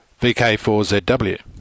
VK4ZW